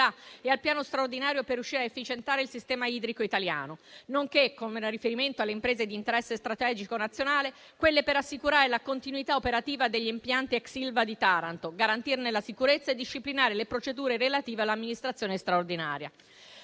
e al piano straordinario per riuscire a efficientare il sistema idrico italiano, nonché, come da riferimento alle imprese di interesse strategico nazionale, quelle per assicurare la continuità operativa degli impianti ex Ilva di Taranto, garantirne la sicurezza e disciplinare le procedure relative all'amministrazione straordinaria.